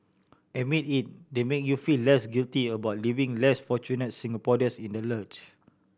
admit it they make you feel less guilty about leaving less fortunate Singapore this in the lurch